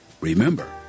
Remember